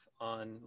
on